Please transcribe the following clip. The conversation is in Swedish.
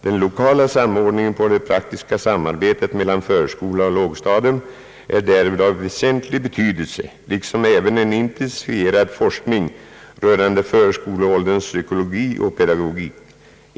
Den lokala samordningen och det praktiska samarbetet mellan förskola och lågstadium är därvid av väsentlig betydelse, liksom även en intensifierad forskning rörande förskoleålderns psykologi och pedagogik.